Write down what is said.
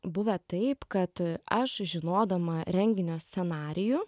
buvę taip kad aš žinodama renginio scenarijų